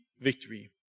victory